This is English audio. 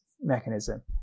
mechanism